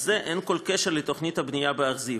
הזה אין כל קשר לתוכנית הבנייה באכזיב,